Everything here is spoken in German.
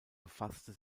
befasste